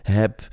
heb